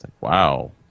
Wow